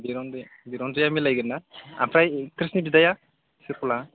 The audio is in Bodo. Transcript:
बिरनजय बिरनजया मिलायगोन ना ओमफ्राय एक्ट्रिसनि बिदाया सोरखौ लागोन